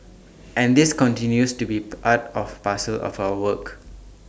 and this continues to be part of parcel of our work